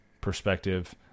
perspective